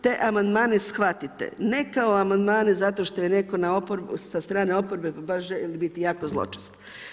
Te amandmane shvatite ne kao amandmane zato što je netko sa strane oporbe pa baš želi biti jako zločest.